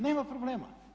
Nema problema.